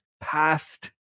past